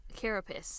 carapace